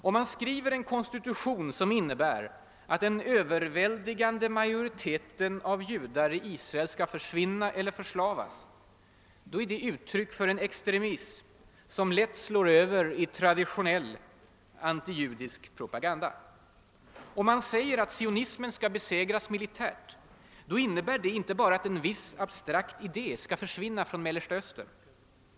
Om man skriver en konstitution som innebär att den överväldigande majoriteten av judar i Israel skall försvinna eller förslavas, är det ett uttryck för en extremism som lätt slår över i antijudisk propaganda i traditionell mening. Om man säger att sionismen skall besegras militärt, innebär det inte bara att en viss, abstrakt idé skall försvinna från Mellersta Östern.